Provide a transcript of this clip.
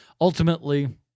Ultimately